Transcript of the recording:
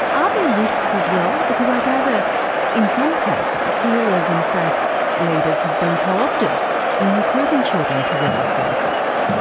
are there risks as well, because i gather in some cases healers and faith leaders have been coopted in recruiting children to rebel forces?